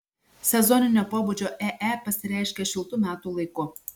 sezoninio pobūdžio ee pasireiškia šiltu metų laiku